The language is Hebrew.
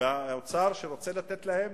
האוצר שרוצה לתת להם